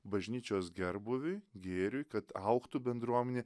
bažnyčios gerbūviui gėriui kad augtų bendruomenė